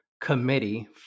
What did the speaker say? committee